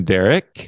Derek